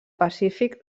pacífic